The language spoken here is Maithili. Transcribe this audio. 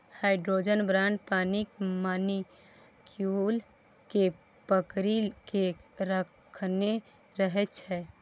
हाइड्रोजन बांड पानिक मालिक्युल केँ पकरि केँ राखने रहै छै